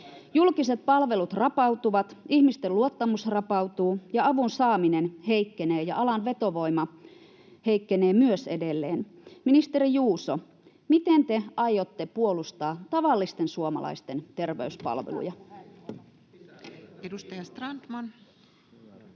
Julkiset palvelut rapautuvat, ihmisten luottamus rapautuu, avun saaminen heikkenee, ja alan vetovoima heikkenee myös edelleen. Ministeri Juuso, miten te aiotte puolustaa tavallisten suomalaisten terveyspalveluja? Edustaja Strandman.